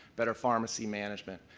better pharmacy management,